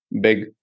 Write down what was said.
Big